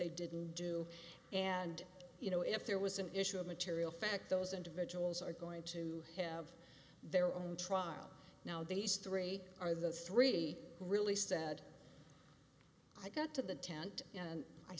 they didn't do and you know if there was an issue of material fact those individuals are going to have their own trial now these three are the three who really said i got to the tent and i